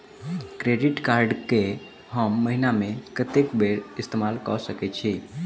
Credit card कऽ हम महीना मे कत्तेक बेर इस्तेमाल कऽ सकय छी?